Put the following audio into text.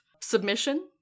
submission